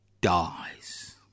dies